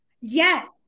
Yes